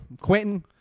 Quentin